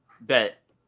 bet